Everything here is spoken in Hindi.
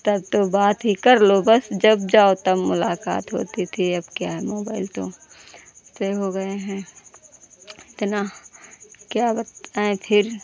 तब तो बात ही कर लो बस जब जाओ तब मुलाक़ात होती थी अब क्या मोबाइल तो यह हो गए हैं इतना क्या बताएँ फिर